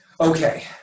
Okay